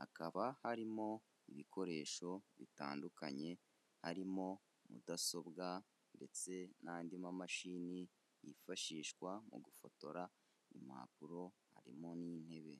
hakaba harimo ibikoresho bitandukanye, harimo mudasobwa ndetse n'andi mamashini yifashishwa mu gufotora impapuro harimo n'intebe.